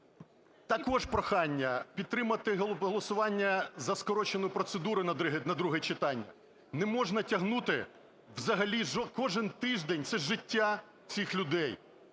Також прохання підтримати голосування за скорочену процедуру на другу читання. Не можна тягнути взагалі, кожен тиждень – це життя цих людей.